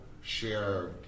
share